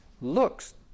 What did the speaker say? looks